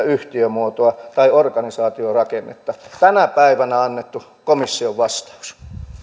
yhtiömuotoa tai organisaatiorakennetta tänä päivänä annettu komission vastaus